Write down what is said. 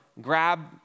grab